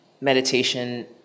meditation